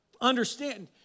understand